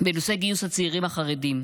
בנושא גיוס הצעירים החרדים.